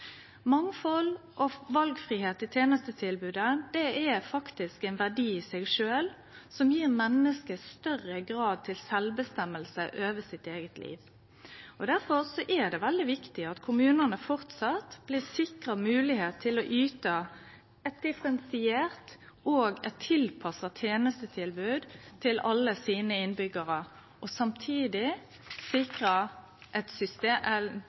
Mangfald og valfridom i tenestetilbodet er faktisk ein verdi i seg sjølv, som gjev menneske større grad av sjølvstyre over sitt eige liv. Difor er det veldig viktig at kommunane framleis blir sikra moglegheit til å yte eit differensiert og tilpassa tenestetilbod til alle innbyggjarane, og samtidig sikre eit